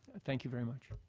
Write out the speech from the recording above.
thank you very much.